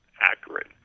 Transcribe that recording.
accurate